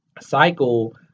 cycle